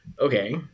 okay